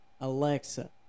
Alexa